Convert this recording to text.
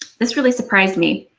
this really surprised me.